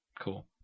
Cool